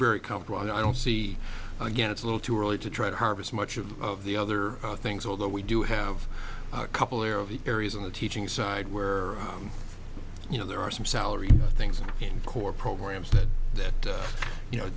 very comfortable and i don't see again it's a little too early to try to harvest much of of the other things although we do have a couple there of areas in the teaching side where you know there are some salary things in core programs that that you know